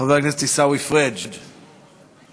חבר הכנסת עיסאווי פריג' בבקשה,